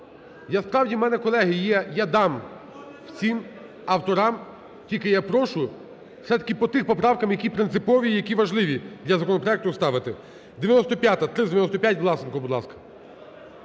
Я справді, в мене, колеги, є, я дам всім авторам, тільки я прошу все-таки по тих поправкам, які принципові і які важливі для законопроекту ставити. 95-а. 395-а, Власенко,